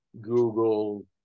Google